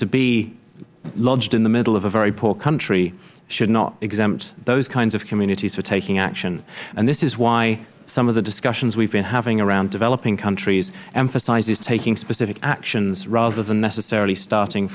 to be lodged in the middle of a very poor country should not exempt those kinds of communities for taking action and this is why some of the discussions we have been having around developing countries emphasizes taking specific actions rather than necessarily st